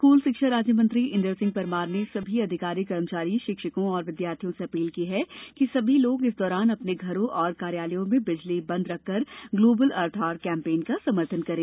school शिक्षा राज्य मंत्री इंदर सिंह परमार ने सभी अधिकारी कर्मचारियों शिक्षकों और विद्यार्थियों से अपील की है कि सभी लोग इस दौरान अपने घरों और कार्यलयों में बिजली बंद रखकर ग्लोबल अर्थ ओवर कैम्पेन का समर्थन करें